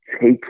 take